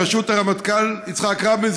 בראשות הרמטכ"ל יצחק רבין,